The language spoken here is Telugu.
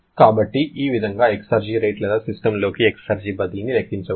కాబట్టి ఈ విధంగా ఎక్సర్జి రేట్ లేదా సిస్టమ్లోకి ఎక్సర్జి బదిలీని లెక్కించవచ్చు